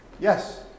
Yes